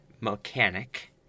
mechanic